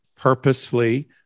purposefully